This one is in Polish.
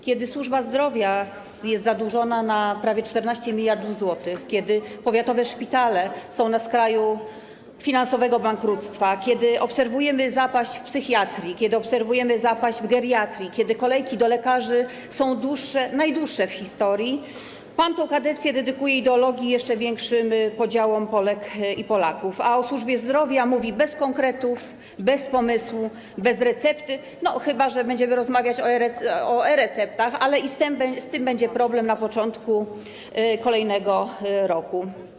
Kiedy służba zdrowia jest zadłużona na prawie 14 mld zł, kiedy powiatowe szpitale są na skraju finansowego bankructwa, kiedy obserwujemy zapaść w psychiatrii, kiedy obserwujemy zapaść w geriatrii, kiedy kolejki do lekarzy są najdłuższe w historii, pan tę kadencję dedykuje ideologii i jeszcze większym podziałom Polek i Polaków, a o służbie zdrowia mówi bez konkretów, bez pomysłu, bez recepty, no chyba że będziemy rozmawiać o e-receptach, ale i z tym będzie problem na początku kolejnego roku.